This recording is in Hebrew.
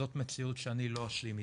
זו מציאות שלא אשלים איתה.